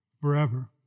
forever